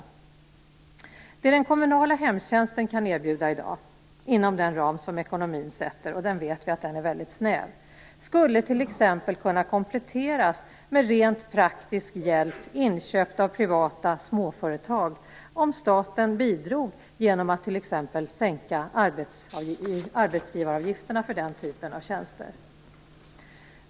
Det som den kommunala hemtjänsten kan erbjuda i dag inom den ram som ekonomin sätter - och vi vet att den är väldigt snäv - skulle t.ex. kunna kompletteras med rent praktisk hjälp, inköpt av privata småföretag, om staten bidrog genom att t.ex. sänka arbetsgivaravgifterna för den typen av tjänster.